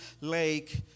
lake